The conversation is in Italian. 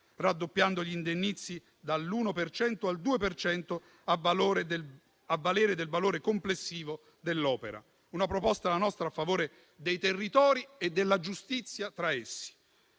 raddoppiando gli indennizzi dall'1 al 2 per cento a valere sul valore complessivo dell'opera. La nostra è una proposta a favore dei territori e della giustizia tra essi,